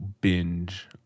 binge